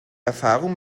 erfahrung